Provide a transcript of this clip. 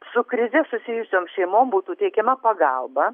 su krize susijusiom šeimom būtų teikiama pagalba